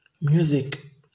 music